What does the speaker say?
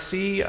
See